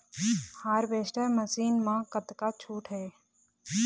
Harvester machine मा कतका छूट हे?